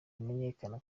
imenyekana